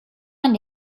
man